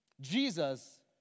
Jesus